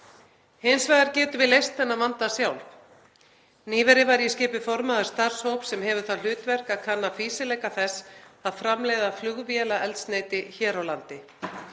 Hins vegar getum við leyst þennan vanda sjálf. Nýverið var ég skipuð formaður starfshóps sem hefur það hlutverk að kanna fýsileika þess að framleiða flugvélaeldsneyti hér á landi